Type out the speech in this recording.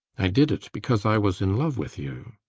i did it because i was in love with you.